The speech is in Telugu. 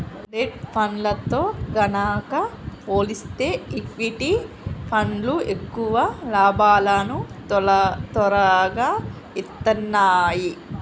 డెట్ ఫండ్లతో గనక పోలిస్తే ఈక్విటీ ఫండ్లు ఎక్కువ లాభాలను తొరగా ఇత్తన్నాయి